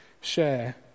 share